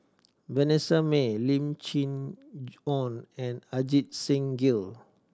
Vanessa Mae Lim Chee Onn and Ajit Singh Gill